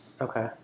Okay